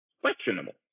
questionable